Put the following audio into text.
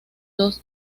dos